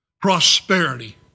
prosperity